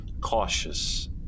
Cautious